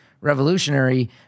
revolutionary